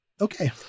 okay